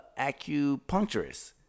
acupuncturist